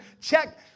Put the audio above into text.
Check